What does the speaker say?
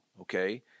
Okay